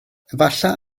efallai